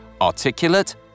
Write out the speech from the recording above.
articulate